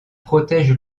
protège